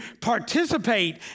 participate